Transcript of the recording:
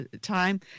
time